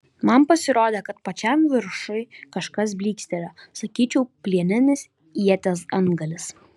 man pasirodė kad pačiam viršuj kažkas blykstelėjo sakyčiau plieninis ieties antgalis